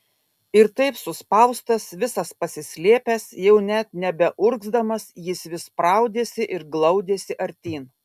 ir taip suspaustas visas pasislėpęs jau net nebeurgzdamas jis vis spraudėsi ir glaudėsi artyn